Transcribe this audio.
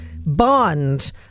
Bond